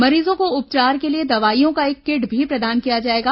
मरीजों को उपचार के लिए दवाइयों का एक किट भी प्रदान किया जाएगा